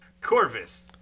Corvus